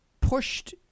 pushed